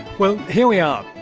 well, here we are,